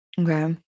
Okay